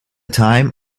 time